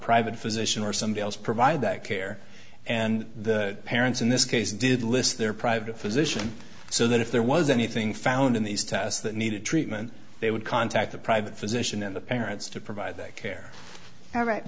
private physician or somebody else provide that care and the parents in this case did list their private physician so that if there was anything found in these tests that needed treatment they would contact the private physician and the parents to provide that care all right